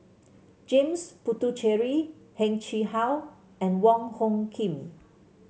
James Puthucheary Heng Chee How and Wong Hung Khim